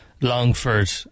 Longford